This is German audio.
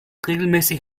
regelmäßig